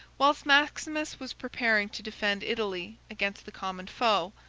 whilst maximus was preparing to defend italy against the common foe,